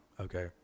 okay